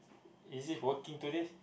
is he working today